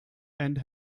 and